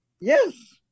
Yes